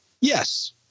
Yes